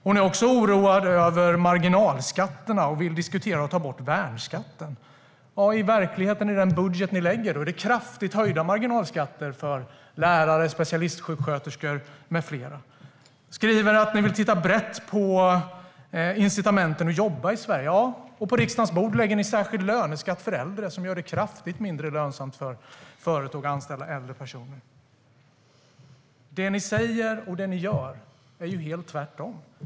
Hon är också oroad över marginalskatterna och vill diskutera att ta bort värnskatten. I verkligheten, i den budget ni lägger fram, är det kraftigt höjda marginalskatter för lärare och specialistsjuksköterskor med flera. Janine Alm Ericson skriver att Miljöpartiet vill titta brett på incitamenten att jobba i Sverige, och på riksdagens bord lägger ni förslag om särskild löneskatt för äldre som gör det kraftigt mindre lönsamt för företag att anställa äldre personer. Det ni säger och det ni gör är helt tvärtemot varandra.